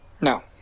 No